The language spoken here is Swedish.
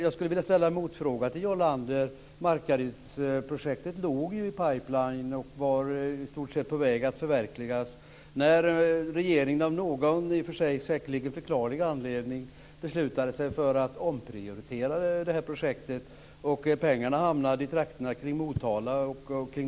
Jag vill ställa en motfråga till Jarl Lander. Markarydsprojektet låg ju i pipeline och var i stort sett på väg att förverkligas när regeringen av någon anledning beslutade sig för att omprioritera detta projekt. Pengarna hamnade i stället i trakterna kring Motala.